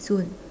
soon